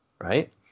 right